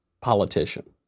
politician